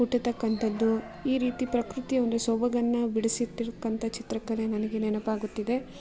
ಹುಟ್ಟತಕ್ಕಂಥದ್ದು ಈ ರೀತಿ ಪ್ರಕೃತಿಯ ಒಂದು ಸೊಬಗನ್ನು ಬಿಡಿಸಿತ್ತಿರ್ಕಂತ ಒಂದು ಚಿತ್ರಕಲೆ ನನಗೆ ನೆನಪಾಗುತ್ತಿದೆ